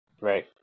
Right